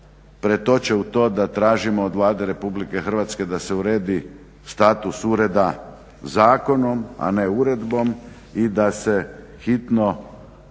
pretoče u to da tražimo od Vlade RH da se uredi status ureda zakonom, a ne uredbom i da se hitno ured